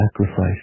sacrifice